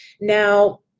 Now